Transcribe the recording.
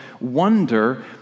wonder